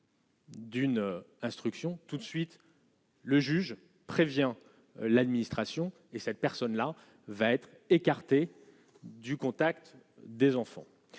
D'une instruction tout de suite. Le juge, prévient l'administration et cette personne-là va être écarté du contact des enfants,